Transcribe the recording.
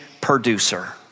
producer